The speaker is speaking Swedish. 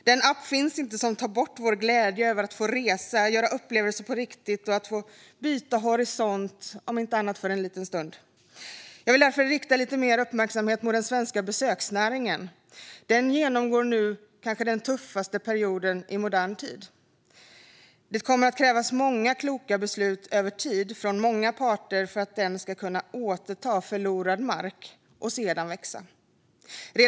Den app finns inte som tar bort vår glädje över att få resa, göra upplevelser på riktigt och byta horisont om så bara för en liten stund. Jag vill därför att vi riktar lite mer uppmärksamhet mot den svenska besöksnäringen. Den genomgår nu den kanske tuffaste perioden i modern tid, men redan innan corona slog till såg vi utmaningar inom denna bransch. Dessa kommer inte att försvinna bara för att smittan upphör.